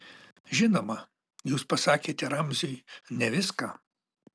žinoma jūs pasakėte ramziui ne viską